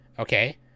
Okay